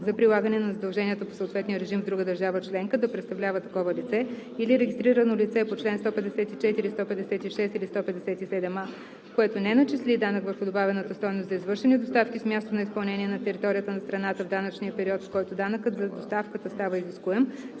за прилагане на задълженията по съответния режим в друга държава членка да представлява такова лице, или регистрирано лице по чл. 154, 156 или 157а, което не начисли данък върху добавената стойност за извършени доставки с място на изпълнение на територията на страната в данъчния период, в който данъкът за доставката става изискуем,